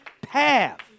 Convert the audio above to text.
path